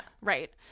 Right